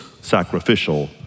sacrificial